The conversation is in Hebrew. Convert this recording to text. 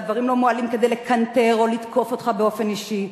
והדברים לא מועלים כדי לקנטר או לתקוף אותך באופן אישי,